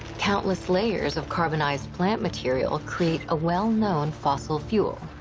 countless layers of carbonized plant material create a well known fossil fuel,